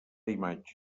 imatge